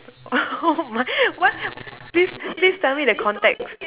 what what please please tell me the context